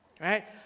right